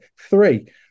Three